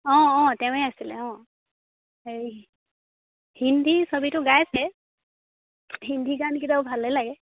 অঁ অঁ তেওঁৱে আছিলে অঁ হেৰি হিন্দী ছবিটো গাইছে হিন্দী গানকেইটাও ভালেই লাগে